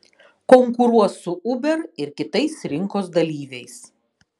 konkuruos su uber ir kitais rinkos dalyviais